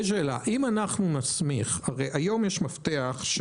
אם אנחנו נסמיך הרי היום יש מפתח,